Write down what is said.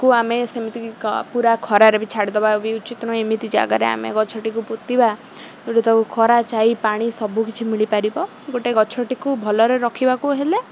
କୁ ଆମେ ସେମିତି ପୁରା ଖରାରେ ବି ଛାଡ଼ିଦେବା ବି ଉଚିତ ନୁହଁ ଏମିତି ଜାଗାରେ ଆମେ ଗଛଟିକୁ ପୋତିିବା ତାକୁ ଖରା ଛାଇ ପାଣି ସବୁକିଛି ମିଳିପାରିବ ଗୋଟେ ଗଛଟିକୁ ଭଲରେ ରଖିବାକୁ ହେଲେ